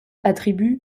attribue